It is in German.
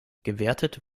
gewertet